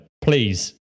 please